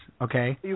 okay